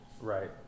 Right